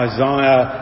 Isaiah